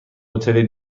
هتل